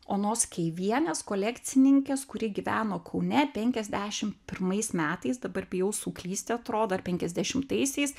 onos skeivienės kolekcininkės kuri gyveno kaune penkiasdešim pirmais metais dabar bijau suklysti atrodo ar penkiasdešimtaisiais